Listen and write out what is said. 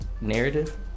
narrative